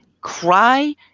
cry